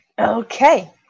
Okay